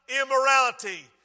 immorality